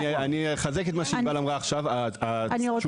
אני אחזק את מה שענבל אמרה עכשיו, התשובה